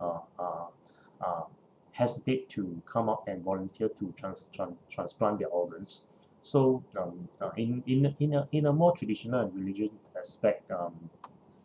uh uh uh hesitate to come out and volunteer to trans~ tran~ transplant their organs so uh uh in in a in a in a more traditional religion aspect um